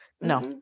No